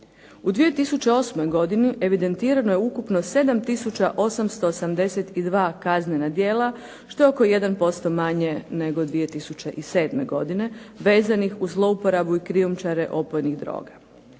U 2008. godini evidentirano je ukupno 7 tisuća 882 kaznena djela što je oko 1% manje nego 2007. godine vezanih uz zlouporabu i krijumčare opojnih droga.